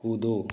कूदो